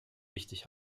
wichtig